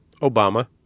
Obama